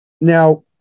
Now